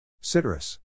Citrus